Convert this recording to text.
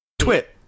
Twit